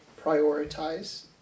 prioritize